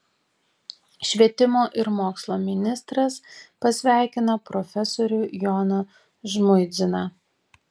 švietimo ir mokslo ministras pasveikino profesorių joną žmuidziną